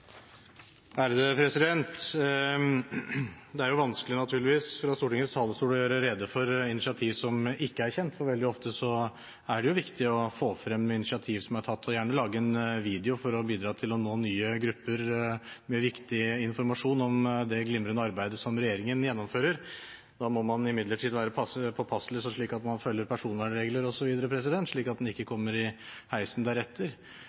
Det er vanskelig, naturligvis, fra Stortingets talerstol å gjøre rede for initiativ som ikke er kjent, for veldig ofte er det viktig å få frem initiativ som er tatt, og gjerne lage en video for å bidra til å nå nye grupper med viktig informasjon om det glimrende arbeidet regjeringen gjennomfører. Da må man imidlertid være påpasselig med å følge personvernregler osv., slik at man ikke kommer i heisen deretter. Jeg tror det er viktig at